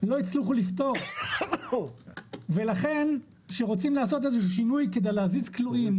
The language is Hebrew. לא הצליחו לפתור ולכן שרוצים לעשות איזה שינוי כדי להזיז כלואים,